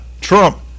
Trump